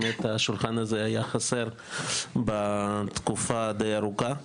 השולחן הזה היה באמת חסר תקופה די ארוכה.